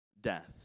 Death